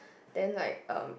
then like um